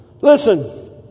Listen